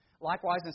Likewise